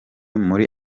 muri